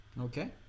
Okay